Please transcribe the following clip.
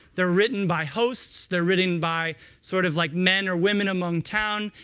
they're written by hosts, they're written by sort of like men or women among town.